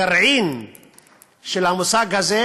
הגרעין של המושג הזה